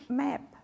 map